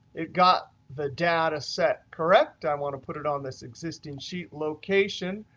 it got the data set correct. i want to put it on this existing sheet location.